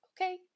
Okay